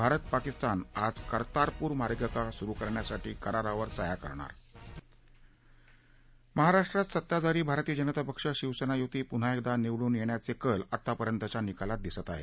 भारत पाकिस्तान आज कर्तारपूर मार्गिका सुरु करण्यासाठी करारावर सह्या करणार महाराष्ट्रात सत्ताधारी भारतीय जनता पक्ष शिवसेना युती पुन्हा एकदा निवडून येण्याचे कल आतापर्यंतच्या निकालात दिसत आहेत